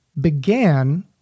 began